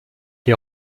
les